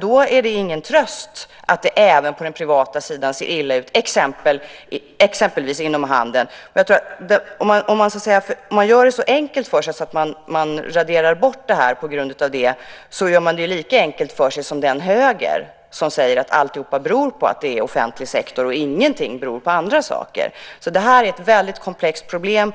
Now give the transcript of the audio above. Då är det ingen tröst att det även på den privata sidan ser illa ut, exempelvis inom handeln. Om man gör det så enkelt för sig att man raderar bort detta, gör man det lika enkelt för sig som den höger som säger att allt beror på att det är offentlig sektor och ingenting beror på andra saker. Det här är ett komplext problem.